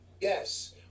Yes